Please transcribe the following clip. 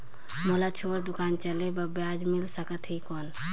मोला छोटे दुकान चले बर ब्याज मिल सकत ही कौन?